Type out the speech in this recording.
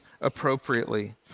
appropriately